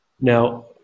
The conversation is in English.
Now